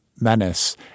menace